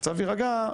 המצב יירגע,